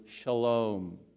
shalom